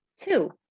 Two